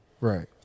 Right